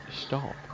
stop